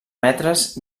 metres